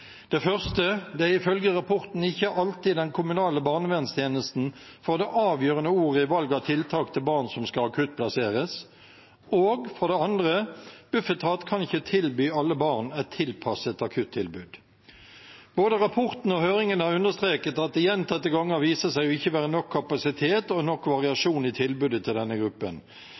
Det første er at det ifølge rapporten ikke alltid er den kommunale barnevernstjenesten som får det avgjørende ordet i valg av tiltak til barn som skal akuttplasseres, og for det andre: Bufetat kan ikke tilby alle barn et tilpasset akuttilbud. Både rapporten og høringen har understreket at det gjentatte ganger viser seg ikke å være nok kapasitet og nok variasjon i tilbudet til denne gruppen.